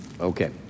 Okay